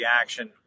action